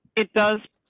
it does.